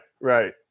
right